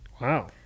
Wow